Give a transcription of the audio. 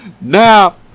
now